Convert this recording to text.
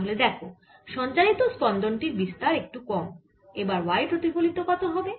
তাহলে দেখো সঞ্চারিত স্পন্দন টির বিস্তার একটু কম এবার y প্রতিফলিত কত হবে